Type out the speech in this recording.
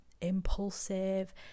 impulsive